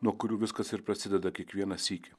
nuo kurių viskas ir prasideda kiekvieną sykį